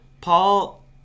Paul